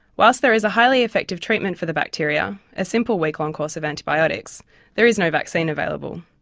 whilst there is a highly effective treatment for the bacteria a simple week-long course of antibiotics there is no vaccine available.